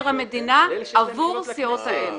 אנחנו מבקשים ממבקר המדינה עבור סיעות האם.